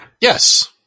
Yes